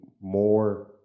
more